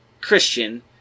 Christian